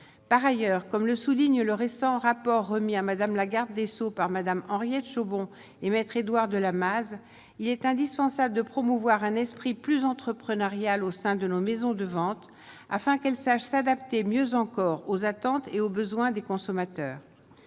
par ailleurs, comme le souligne le récent rapport remis à Madame la Garde des Sceaux par Madame Henriette bon et Me Édouard de Lamaze, il est indispensable de promouvoir un esprit plus entreprenarial au sein de nos maisons de vente afin qu'elle sache s'adapter mieux encore aux attentes et aux besoins des consommateurs,